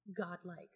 godlike